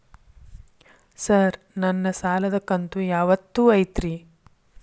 Sir ನನ್ನ ಸಾಲದ ಕಂತು ಯಾವತ್ತೂ ಐತ್ರಿ?